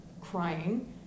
crying